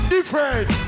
Different